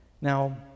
Now